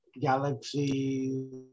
galaxies